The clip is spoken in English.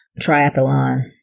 triathlon